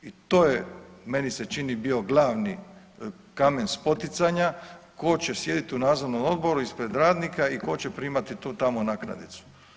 I to je meni se čini bio glavni kamen spoticanja, tko će sjediti u nadzornom odboru ispred radnika i tko će primati tu tamo naknadnicu.